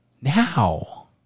now